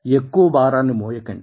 ఎక్కువ భారాన్ని మోయకండి